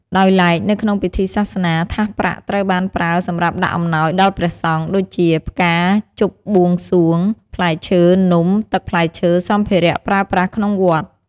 ដោយឡែនៅក្នុងពិធីសាសនាថាសប្រាក់ត្រូវបានប្រើសម្រាប់ដាក់អំណោយដល់ព្រះសង្ឃ ដូចជា ផ្កាជប់បួងសួង, ផ្លែឈើ, នំ, ទឹកផ្លែឈើ, សំភារៈប្រើប្រាស់ក្នុងវត្ត។